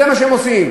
זה מה שהם עושים.